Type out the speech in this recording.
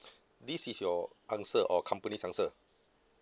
this is your answer or company's answer